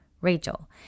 Rachel